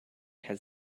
has